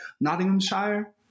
Nottinghamshire